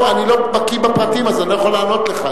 אני לא בקי בפרטים, אז אני לא יכול לענות לך.